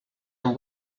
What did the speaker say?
amb